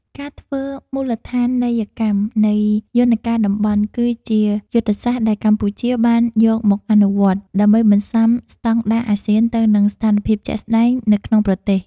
ការធ្វើមូលដ្ឋានីយកម្មនៃយន្តការតំបន់ គឺជាយុទ្ធសាស្ត្រដែលកម្ពុជាបានយកមកអនុវត្ត ដើម្បីបន្ស៊ាំស្តង់ដារអាស៊ានទៅនឹងស្ថានភាពជាក់ស្តែងនៅក្នុងប្រទេស។